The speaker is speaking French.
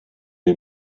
est